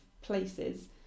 places